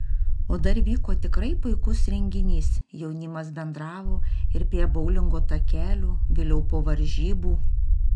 o dar vyko tikrai puikus renginys jaunimas bendravo ir prie boulingo takelių vėliau po varžybų